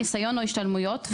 ניסיון או השתלמויות,